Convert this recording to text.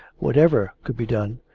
whatever could be done,